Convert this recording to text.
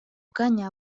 caña